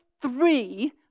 three